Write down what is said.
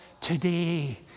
today